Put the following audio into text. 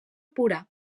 pura